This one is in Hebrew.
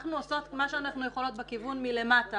אנחנו עושות מה שאנחנו יכולות בכיוון מלמטה